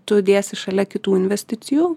tu dėsi šalia kitų investicijų